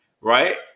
right